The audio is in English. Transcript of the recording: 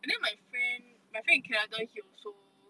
and then my friend my friend in canada he also